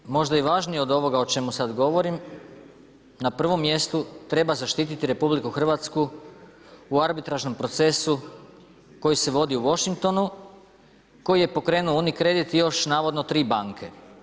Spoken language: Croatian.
Kao prvo možda i važnije od ovoga o čemu sad govorim, na prvom mjestu treba zaštititi RH u arbitražnom procesu koji se vodi u Washingtonu koji je pokrenuo Uni kredit i još navodno 3 banke.